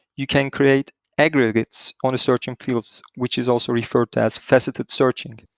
you can create aggregates on a searching fields, which is also referred to as faceted searching.